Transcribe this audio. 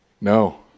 No